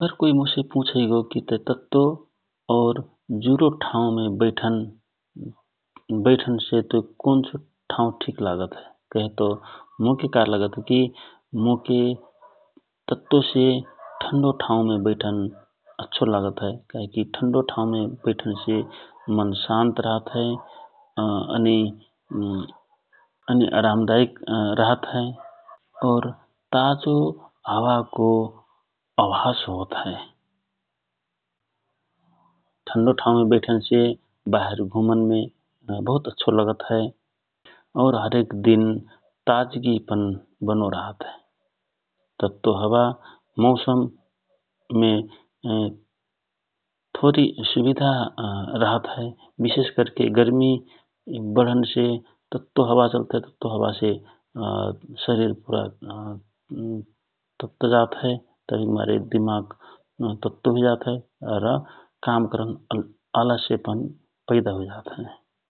अगर कोइ मोसे पुछै गो तत्तो और जुडो ठाँव मे बैठन से तुक कौनसो ठाउ ठिक लागत हए कए हए तव मोके का लगत हए कि तत्तो से ठन्डो ठाउमे बेठन अच्छो लागत हए । ठन्डो ठाउमे बैठनसे बाहेर घुमन अच्छो लगत हए ,और हरेक दिन ताजगिपन बनो रहत हए, तत्तो हावा मौसममे थोरि असुविधा रहत हए विशेष करके गर्मि वढनसे तत्तो हावा चलत हए तत्तो हावा से शरिर पुरा तत्त जात हए । तवहिक मारे दिमाग तत्तो हुइजात हए काम करन अलस्यपन पैदा हुइजात हए ।